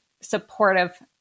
supportive